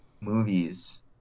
movies